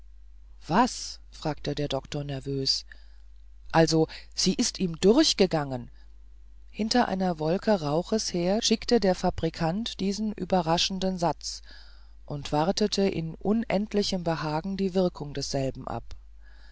was fragte der doktor nervös also sie ist ihm durchgegangen hinter einer wolke rauches her schickte der fabrikant diesen überraschenden satz und wartete in unendlichem behagen die wirkung desselben ab